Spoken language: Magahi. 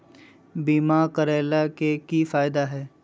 बीमा करैला के की फायदा है?